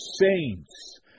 saints